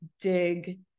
dig